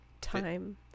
Time